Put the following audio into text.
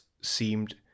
seemed